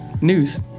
News